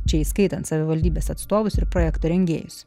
čia įskaitant savivaldybės atstovus ir projekto rengėjus